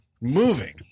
moving